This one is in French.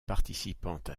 participantes